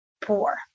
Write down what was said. poor